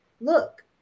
look